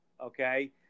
okay